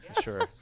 sure